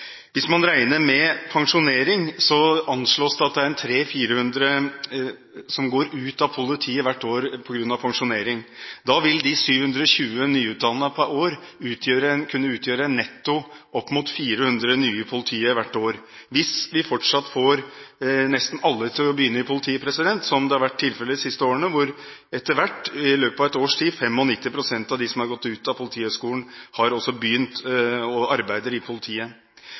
anslås at det er ca. 300–400 som går ut av politiet hvert år på grunn av pensjonering. Da vil man med de 720 nyutdannede per år kunne ha en netto på opp mot 400 nye i politiet hvert år – hvis vi fortsatt får nesten alle til å begynne i politiet, noe som har vært tilfellet de siste årene, da 95 pst. av dem som har gått ut av Politihøgskolen, i løpet av et års tid har begynt å arbeide i politiet. Hvis vi da sier at det vil være opp mot 400 i